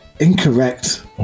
incorrect